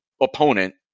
opponent